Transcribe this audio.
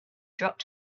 dropped